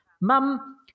Mum